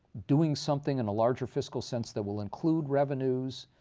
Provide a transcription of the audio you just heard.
doing something in a larger fiscal sense that will include revenues,